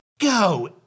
Go